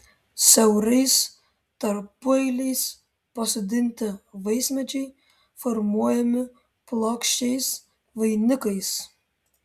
siaurais tarpueiliais pasodinti vaismedžiai formuojami plokščiais vainikais